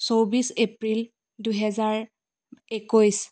চৌব্বিছ এপ্ৰিল দুহেজাৰ একৈছ